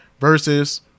versus